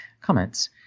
comments